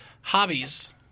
hobbies